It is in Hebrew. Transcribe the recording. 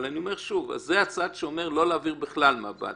זה הצד שאומר לא להעביר בכלל מב"דים.